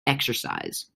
exercise